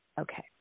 Okay